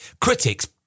Critics